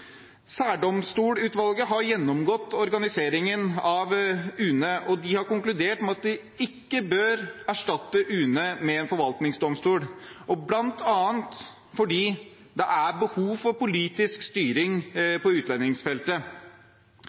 Særdomstolsutvalget har gjennomgått organiseringen av UNE, og de har konkludert med at UNE ikke bør erstattes med en forvaltningsdomstol, bl.a. fordi det er behov for politisk styring på utlendingsfeltet.